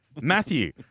Matthew